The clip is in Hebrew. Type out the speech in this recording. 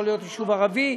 יכול להיות יישוב ערבי,